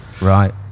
Right